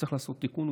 צריך לעשות תיקון.